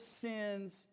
sins